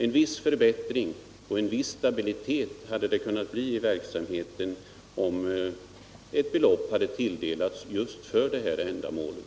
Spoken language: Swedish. En viss förbättring och en viss stabilitet hade det kunnat bli i verksamheten om ett belopp hade anvisats just för det här ifrågavarande ändamålet.